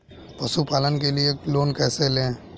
पशुपालन के लिए लोन कैसे लें?